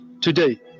today